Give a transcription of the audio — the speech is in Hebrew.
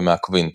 ומהקווינטה.